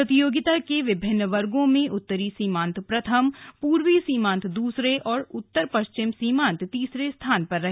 प्रतियोगिता के विभिन्न वर्गों में उत्तरी सीमांत प्रथम पूर्वी सीमांत दूसरे और उत्तर पश्चिम सीमांत तीसरे स्थान पर रहे